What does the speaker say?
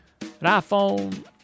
iPhone